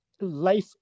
life